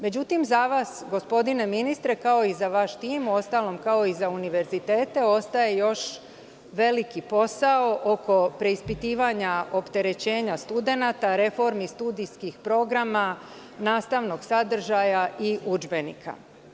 Međutim, za vas, gospodine ministre, kao i za vaš tim, uostalom, kao i za univerzitete, ostaje još veliki posao oko preispitivanja opterećenja studenata, reformi studijskih programa, nastavnog sadržaja i udžbenika.